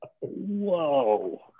Whoa